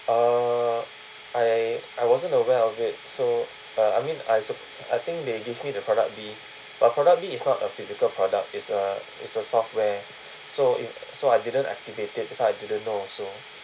uh I I wasn't aware of it so uh I mean I also I think they give me the product B but product B is not a physical product it's a it's a software so it so I didn't activate it so I didn't know also